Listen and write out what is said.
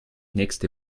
nächste